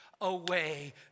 away